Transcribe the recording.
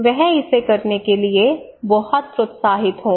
वह इसे करने के लिए बहुत प्रोत्साहित होगा